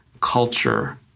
culture